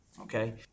okay